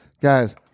Guys